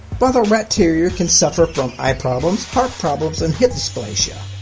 while the rat terrier can suffer from eye problems, heart problems, and hip dysplasia.